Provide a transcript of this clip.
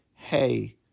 hey